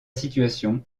situation